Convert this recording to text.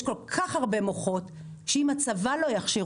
יש כל כך הרבה מוחות שאם הצבא לא יכשיר